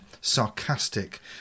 sarcastic